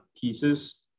pieces